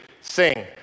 sing